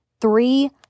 Three